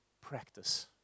practice